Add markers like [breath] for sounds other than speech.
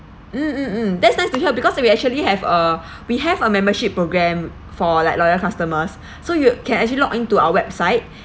mm mm mm that's nice to hear because we actually have uh [breath] we have a membership programme for like loyal customers [breath] so you can actually log into our website [breath]